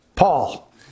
Paul